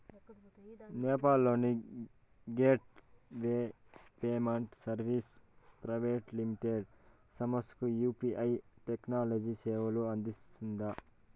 నేపాల్ లోని gateway payment services private limited సంస్థకు UPI technology సేవలను అందిస్తుందా?